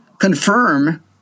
confirm